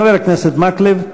חבר הכנסת מקלב.